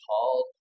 called